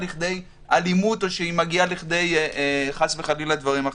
לכדי אלימות או מגיעה חס וחלילה לכדי דברים אחרים.